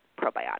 probiotics